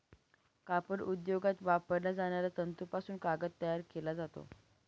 कापड उद्योगात वापरल्या जाणाऱ्या तंतूपासून कागद तयार केला जातो